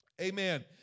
Amen